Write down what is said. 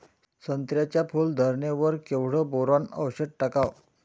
संत्र्याच्या फूल धरणे वर केवढं बोरोंन औषध टाकावं?